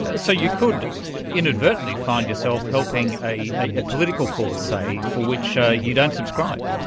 so you could inadvertently find yourself helping a political cause, say, for which ah you don't subscribe.